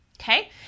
Okay